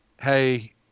hey